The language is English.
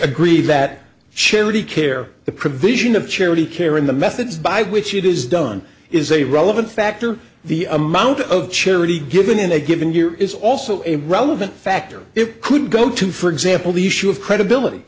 agree that charity care the provision of charity care in the methods by which it is done is a relevant factor the amount of charity given in a given year is also a relevant factor it could go to for example the issue of credibility